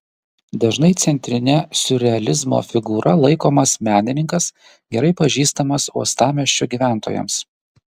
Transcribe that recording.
dažnai centrine siurrealizmo figūra laikomas menininkas gerai pažįstamas uostamiesčio gyventojams